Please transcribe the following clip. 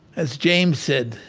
as james said